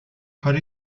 کاری